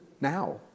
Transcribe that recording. now